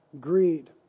greed